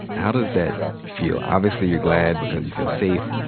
how does that feel? obviously you're glad because you feel safe.